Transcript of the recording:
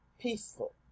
peaceful